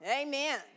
Amen